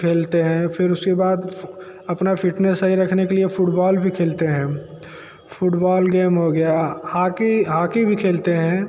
खेलते हैं फिर उसके बाद अपना फिटनेस सही रखने के लिए फुटबॉल भी खेलते हैं हम फुटबॉल गेम हो गया हाकी हाकी भी खेलते हैं